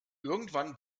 irgendwann